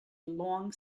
long